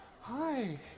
hi